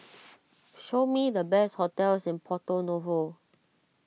show me the best hotels in Porto Novo